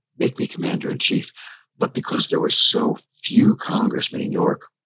make me commander-in-chief. but because there were so few congressmen in york,